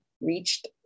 reached